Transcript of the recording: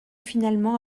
finalement